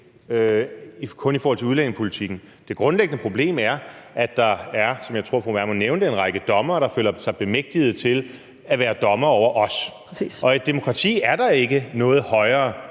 kun er i forhold til udlændingepolitikken. Det grundlæggende problem er, at der, som jeg tror fru Pernille Vermund nævnte, er en række dommere, der føler sig bemægtiget til at være dommere over os, og i et demokrati er der ikke noget højere